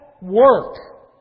work